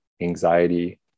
anxiety